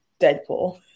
Deadpool